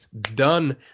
done